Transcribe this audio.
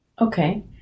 Okay